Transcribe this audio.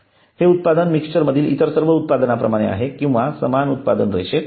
हे उत्पादन मिक्समधील इतर सर्व उत्पादनांप्रमाणे आहे किंवा समान उत्पादन रेषेत आहे